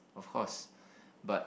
of course but